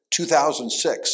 2006